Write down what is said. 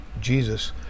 Jesus